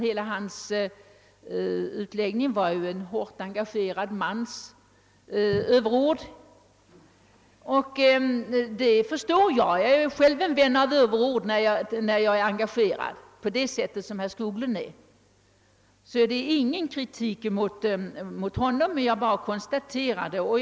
Hela hans utläggning var en hårt engagerad mans överord. Och jag förstår herr Skoglund; jag är själv en vän av överord när jag är engagerad på samma sätt som herr Skoglund är nu. Detta är alltså inte någon kritik mot honom, utan jag bara konstaterar förhållandet.